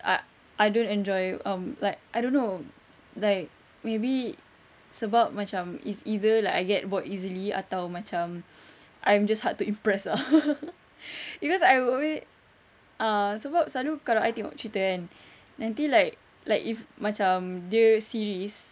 I I don't enjoy um like I don't know like maybe sebab macam it's either like I get bored easily atau macam I'm just hard to impress ah cause I will always ah sebab selalu kalau I tengok cerita kan nanti like like if macam dia series